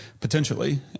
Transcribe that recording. potentially